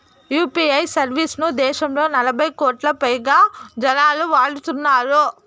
UPI service ను దేశంలో నలభై కోట్లకు పైగా జనాలు వాడుతున్నారు